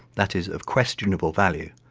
that is of questionable value,